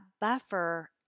buffer